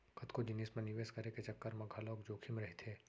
कतको जिनिस म निवेस करे के चक्कर म घलोक जोखिम रहिथे